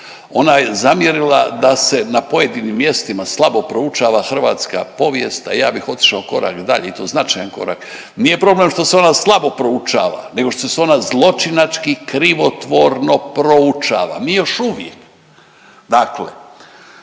ona je zamjerila da se na pojedinim mjestima slabo proučava hrvatska povijest, a ja bih otišao korak dalje i to značajan korak, nije problem što se ona slabo proučava nego što se ona zločinački krivotvoreno proučava. Mi još uvijek dakle